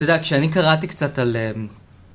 אתה יודע, כשאני קראתי קצת עליהם